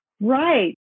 Right